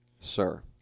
sir